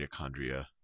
mitochondria